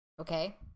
Okay